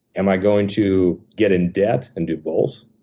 am i going to get in debt and do both?